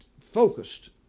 focused